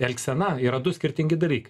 elgsena yra du skirtingi dalykai